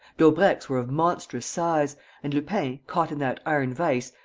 daubrecq's were of monstrous size and lupin, caught in that iron vise,